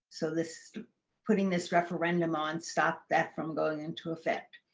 so this putting this referendum on stops that from going into effect.